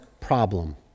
problem